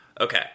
okay